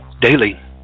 daily